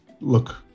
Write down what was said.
look